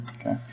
Okay